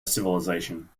civilization